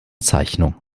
zeichnung